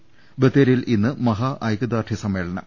്ബത്തേരിയിൽ ഇന്ന് മഹാ ഐക്യദാർഢ്യ സമ്മേളനം